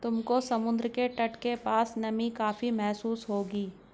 तुमको समुद्र के तट के पास नमी काफी महसूस होगी